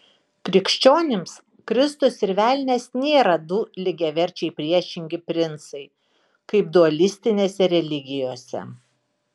krikščionims kristus ir velnias nėra du lygiaverčiai priešingi princai kaip dualistinėse religijose